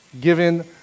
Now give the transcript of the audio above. given